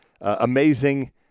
amazing